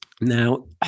Now